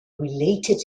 related